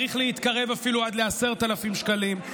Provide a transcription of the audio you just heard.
צריך להתקרב אפילו עד ל-10,000 שקלים,